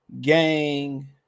gang